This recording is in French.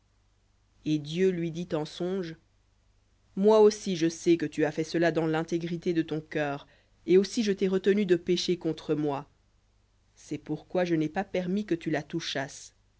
et dieu lui dit en songe moi aussi je sais que tu as fait cela dans l'intégrité de ton cœur et aussi je t'ai retenu de pécher contre moi c'est pourquoi je n'ai pas permis que tu la